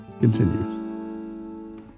continues. ¶¶